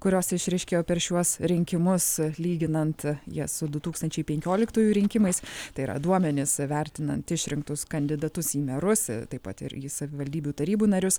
kurios išryškėjo per šiuos rinkimus lyginant jas su du tūkstančiai penkioliktųjų rinkimais tai yra duomenis vertinant išrinktus kandidatus į merus taip pat ir į savivaldybių tarybų narius